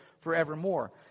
forevermore